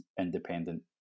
independent